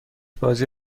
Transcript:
بازی